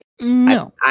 No